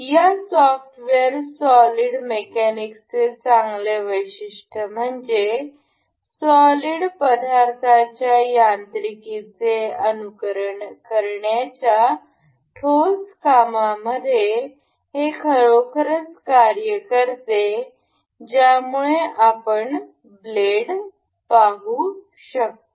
या software solid मेकॅनिक्सचे चांगले वैशिष्ट्य म्हणजे सॉलिड पदार्थांच्या यांत्रिकीचे अनुकरण करण्याच्या ठोस कामामध्ये हे खरोखर कार्य करते ज्यामुळे आपण ब्लेड पाहू शकता